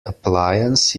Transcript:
appliance